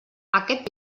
aquest